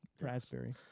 raspberry